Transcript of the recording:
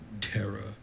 terror